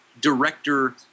director